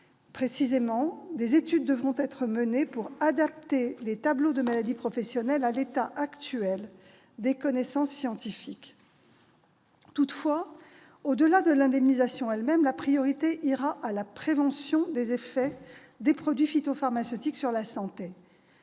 Précisément, des études devront être menées pour adapter les tableaux de maladies professionnelles à l'état actuel des connaissances scientifiques. Toutefois, au-delà de l'indemnisation elle-même, la priorité ira à la prévention des effets des produits phytopharmaceutiques sur la santé.